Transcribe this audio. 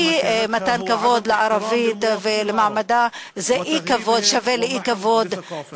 אי-מתן כבוד לערבית ולמעמדה שווה לאי-כבוד